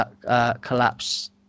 collapse